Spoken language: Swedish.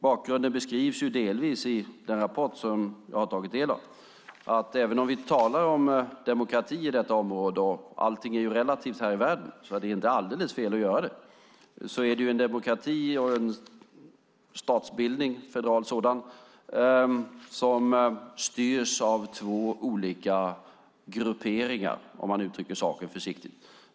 Bakgrunden beskrivs delvis i den rapport som jag har tagit del av. Även om vi talar om demokrati i detta område - och även om allting är relativt i den här världen är det inte alldeles fel att göra det - är det en demokrati och en federal statsbildning som styrs av två olika grupperingar, om man uttrycker saken försiktigt.